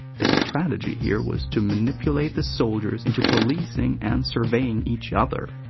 the strategy here was to manipulate the soldiers into policing and surveilling each other.